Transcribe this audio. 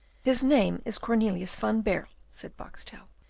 his name is cornelius van baerle, said boxtel,